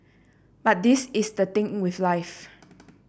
but this is the thing with life